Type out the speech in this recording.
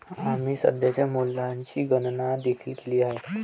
आम्ही सध्याच्या मूल्याची गणना देखील केली आहे